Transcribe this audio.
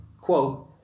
Quote